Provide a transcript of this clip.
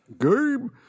Game